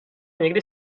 někdy